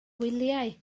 wyliau